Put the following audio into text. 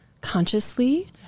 consciously